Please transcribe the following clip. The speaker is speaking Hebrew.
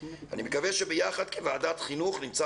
אני מקווה שביחד כוועדת חינוך נמצא